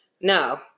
No